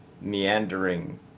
meandering